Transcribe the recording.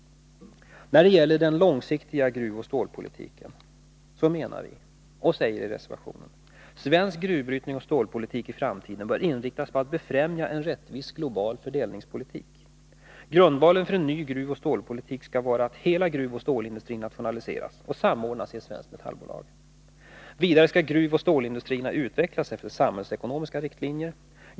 När det gäller den långsiktiga gruvoch stålpolitiken säger vi i reservation - ”Svensk gruvbrytning och stålpolitik i framtiden bör inriktas på att befrämja en rättvis global fördelningspolitik. Grundvalen för en ny gruvoch stålpolitik skall vara att hela gruvoch stålindustrin nationaliseras och samordnas i ett svenskt metallbolag. Vidare skall gruvoch stålindustrierna utvecklas efter samhällsekonomiska riktlinjer.